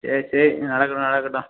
சரி சரி நடக்கட்டும் நடக்கட்டும்